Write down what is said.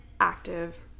active